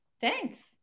Thanks